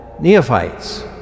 neophytes